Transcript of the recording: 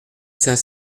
cinq